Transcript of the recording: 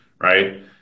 right